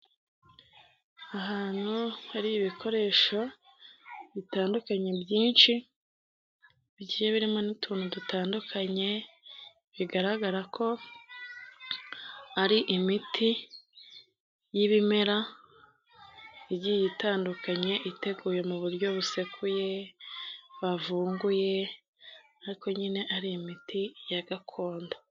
Ahantu hari ibikoresho bitandukanye byinshi, bigiye birimo n'utuntu dutandukanye, bigaragara ko ari imiti y'ibimera igiye itandukanye. Iteguye mu buryo busekuye, bavunguye ariko nyine ari imiti ya gakondo.